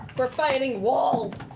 we're fighting walls!